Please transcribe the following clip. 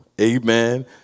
Amen